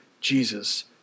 Jesus